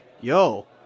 yo